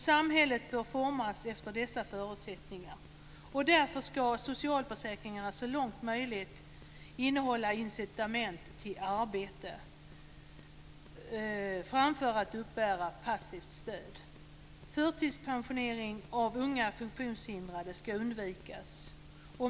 Samhället bör formas efter dessa förutsättningar. Därför ska socialförsäkringarna så långt som möjligt innehålla incitament till arbete framför passivt stöd. Förtidspensionering av unga funktionshindrade ska undvikas.